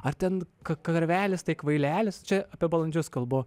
ar ten karvelis tai kvailelis čia apie balandžius kalbu